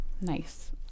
Nice